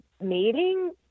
meeting